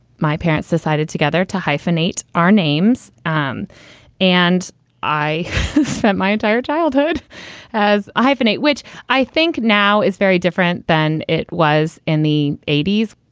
my parents decided together to hyphenate our names. and and i spent my entire childhood as a hyphenate, which i think now is very different than it was in the eighty s.